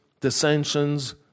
dissensions